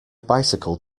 bicycle